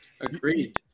Agreed